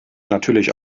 natürlich